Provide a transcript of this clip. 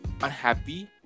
unhappy